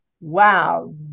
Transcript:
Wow